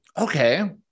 okay